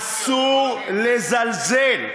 אסור לזלזל.